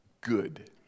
good